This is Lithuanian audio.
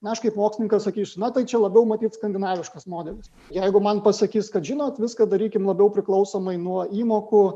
na aš kaip mokslininkas sakysiu na tai čia labiau matyt skandinaviškas modelis jeigu man pasakys kad žinot viską darykime labiau priklausomai nuo įmokų